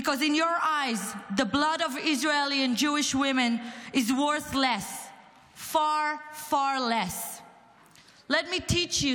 but only if you're not a Jew. To you all,